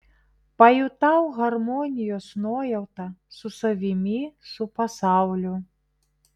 pajutau harmonijos nuojautą su savimi su pasauliu